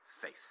faith